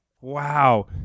Wow